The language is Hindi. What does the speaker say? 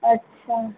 अच्छा